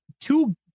two